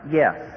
yes